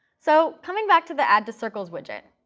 so coming back to the add to circles widget,